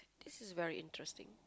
this is very interesting